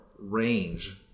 range